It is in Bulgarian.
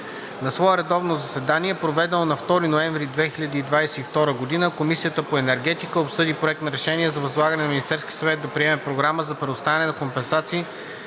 На свое редовно заседание, проведено на 2 ноември 2022 г., Комисията по енергетика обсъди Проект на решение за възлагане на Министерския съвет да приеме програма за предоставяне на компенсации